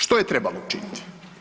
Što je trebalo učiniti?